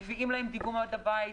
מביאים להם דיגום עד הבית.